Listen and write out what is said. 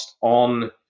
on